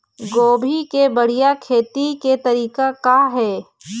गोभी के बढ़िया खेती के तरीका का हे?